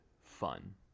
fun